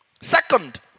Second